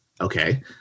okay